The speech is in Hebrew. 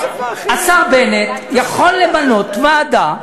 אתה באמת יכול למנות ועדה,